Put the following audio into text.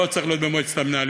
לא צריכים להיות במועצת המנהלים